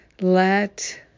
Let